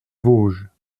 vosges